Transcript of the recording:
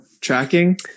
tracking